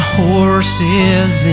horses